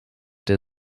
der